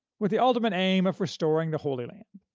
with the ultimate aim of restoring the holy land.